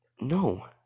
No